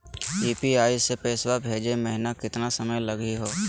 UPI स पैसवा भेजै महिना केतना समय लगही हो?